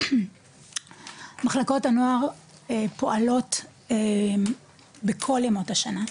מחלקות הנוער פועלות בכל ימות השנה,